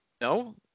No